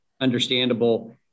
understandable